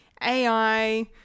AI